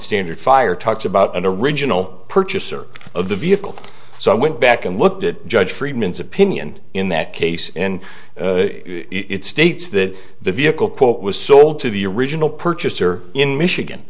standard fire talks about an original purchaser of the vehicle so i went back and looked at judge friedman's opinion in that case in it states that the vehicle quote was sold to the original purchaser in michigan